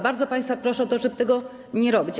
Bardzo państwa proszę o to, żeby tego nie robić.